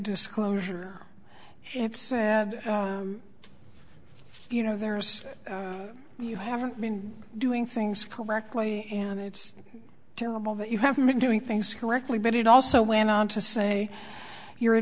disclosure it's a you know there's you haven't been doing things correctly and it's terrible that you haven't been doing things correctly but it also went on to say you're a